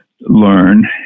learn